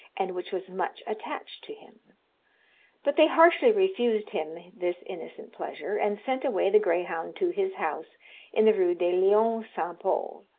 and which was much attached to him but they harshly refused him this innocent pleasure, and sent away the greyhound to his house in the rue des lions saint paul.